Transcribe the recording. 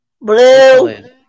Blue